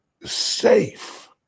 safe